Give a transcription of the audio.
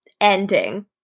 ending